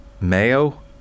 Mayo